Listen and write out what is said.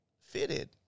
Fitted